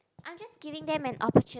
I'm just giving them an opportune